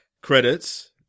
Credits